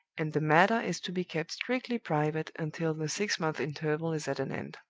and the matter is to be kept strictly private until the six months' interval is at an end